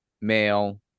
male